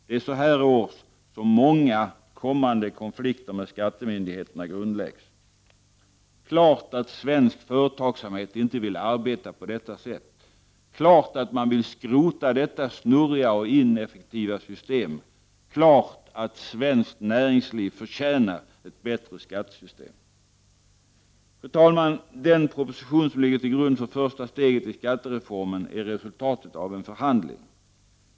Det är så här års som många kommande konflikter med skattemyndigheterna grundläggs. Det är klart att svensk företagsamhet inte vill arbeta på detta sätt. Det är klart att man vill skrota detta snurriga och ineffektiva system, och det är klart att svenskt näringsliv förtjänar ett bättre skattesystem. Fru talman! Den proposition som ligger till grund för första steget i skattereformen är resultatet av en förhandling.